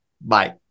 Bye